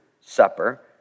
supper